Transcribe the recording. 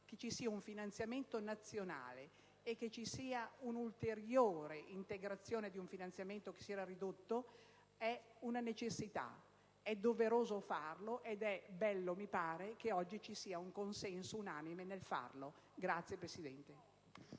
che ci sia un finanziamento nazionale e che ci sia un'ulteriore integrazione di un finanziamento che si era ridotto è una necessità. È doveroso farlo, ed è bello che in proposito ci sia un consenso unanime. *(Applausi dai Gruppi*